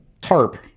tarp